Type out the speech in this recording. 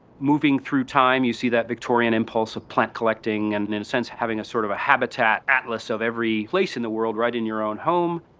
moving through time. you see that victorian impulse of plant collecting, and and since having a sort of a habitat atlas of every place in the world right in your own home